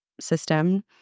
system